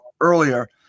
earlier